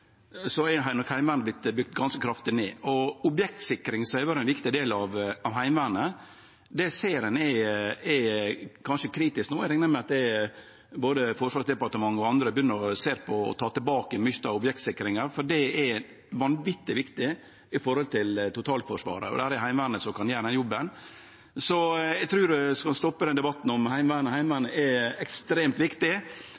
ganske kraftig ned. Objektsikring, som har vore ein viktig del av Heimevernet, ser ein at er kanskje kritisk no. Eg reknar med at både Forsvarsdepartementet og andre begynner å sjå på å ta tilbake objektssikringar, for det er utruleg viktig når det gjeld totalforsvaret. Heimevernet kan gjere den jobben. Så eg trur ein skal stoppe den debatten om Heimevernet.